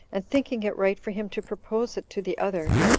and thinking it right for him to propose it to the other,